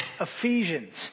Ephesians